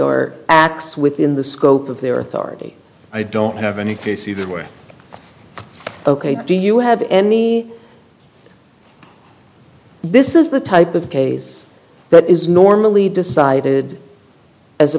are acts within the scope of their authority i don't have any case either way ok do you have any this is the type of case that is normally decided as a